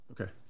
Okay